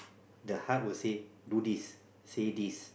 the heart will say do this say this